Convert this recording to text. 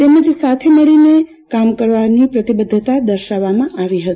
તેમજ સાથે માંડીને કામ કરવાની પ્રતિબદ્વતા દર્શાવવામાં આવી હતી